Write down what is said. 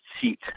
seat